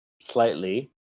slightly